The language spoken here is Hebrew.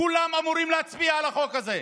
כולם אמורים להצביע על החוק הזה.